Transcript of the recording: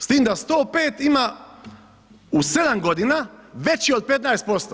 S tim da 105 ima u 7 godina veći od 15%